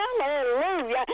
Hallelujah